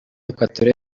equatorial